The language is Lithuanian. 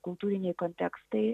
kultūriniai kontekstai